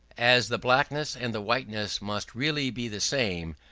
as the blackness and the whiteness must really be the same,